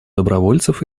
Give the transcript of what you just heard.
добровольцев